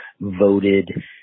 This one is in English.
voted